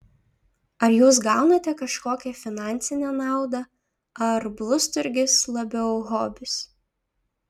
ar jūs gaunate kažkokią finansinę naudą ar blusturgis labiau hobis